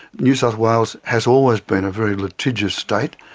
new south wales has always been a very litigious state,